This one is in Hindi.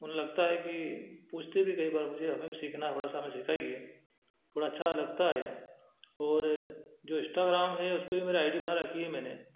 उन्हें लगता है कि पूछते भी हैं कई बार मुझे हमें भी सीखना है थोड़ा सा हमें सिखाइए थोड़ा अच्छा लगता है और जो इन्स्टाग्राम है उस पर भी मेरा आई डी बना रखी है मैंने